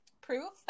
proof